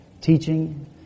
Teaching